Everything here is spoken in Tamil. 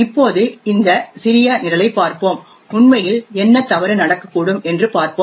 இப்போது இந்த சிறிய நிரலைப் பார்ப்போம் உண்மையில் என்ன தவறு நடக்கக்கூடும் என்று பார்ப்போம்